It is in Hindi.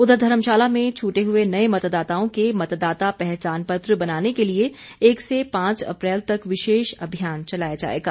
उधर धर्मशाला में छूटे हुए नए मतदाताओं के मतदाता पहचान पत्र बनाने के लिए एक से पांच अप्रैल तक विशेष अभियान चलाया जाएगा